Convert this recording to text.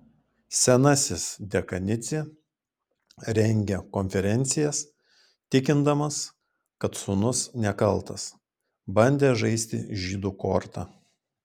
senasis dekanidzė rengė konferencijas tikindamas kad sūnus nekaltas bandė žaisti žydų korta